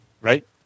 right